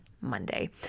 Monday